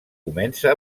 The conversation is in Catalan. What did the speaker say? comença